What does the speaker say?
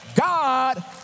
God